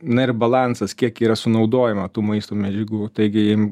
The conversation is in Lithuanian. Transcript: na ir balansas kiek yra sunaudojama tų maisto medžiagų taigi